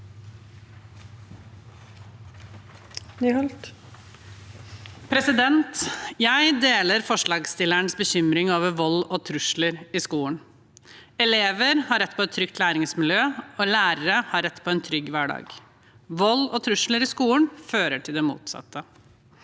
Jeg deler forslags- stillernes bekymring over vold og trusler i skolen. Elever har rett på et trygt læringsmiljø, og lærere har rett på en trygg hverdag. Vold og trusler i skolen fører til det motsatte.